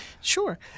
Sure